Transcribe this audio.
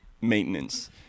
maintenance